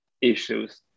issues